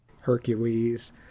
Hercules